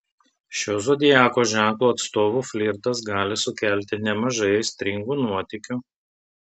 šio zodiako ženklo atstovų flirtas gali sukelti nemažai aistringų nuotykių